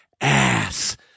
ass